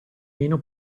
meno